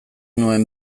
nuen